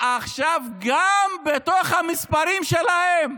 עכשיו, גם בתוך המספרים שלהם,